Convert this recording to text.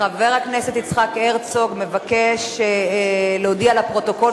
חבר הכנסת יצחק הרצוג מבקש להודיע לפרוטוקול